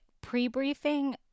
pre-briefing